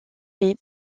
est